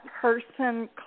person